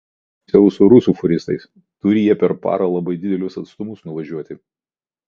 dar baisiau su rusų fūristais turi jie per parą labai didelius atstumus nuvažiuoti